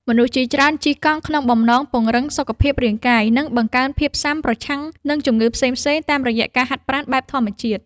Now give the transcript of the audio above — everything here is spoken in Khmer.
មនុស្សជាច្រើនជិះកង់ក្នុងបំណងពង្រឹងសុខភាពរាងកាយ និងបង្កើនភាពស៊ាំប្រឆាំងនឹងជំងឺផ្សេងៗតាមរយៈការហាត់ប្រាណបែបធម្មជាតិ។